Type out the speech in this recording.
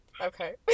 Okay